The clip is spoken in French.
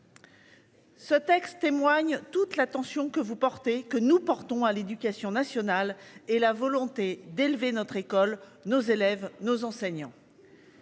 Ce texte témoigne toute l'attention que vous portez que nous portons à l'éducation nationale et la volonté d'élever notre école, nos élèves nos enseignants.